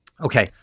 Okay